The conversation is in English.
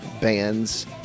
bands